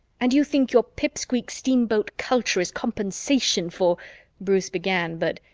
and you think your pipsqueak steamboat culture is compensation for bruce began but,